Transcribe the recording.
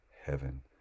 heaven